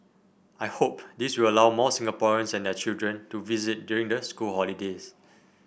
I hope this will allow more Singaporeans and their children to visit during the school holidays